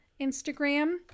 Instagram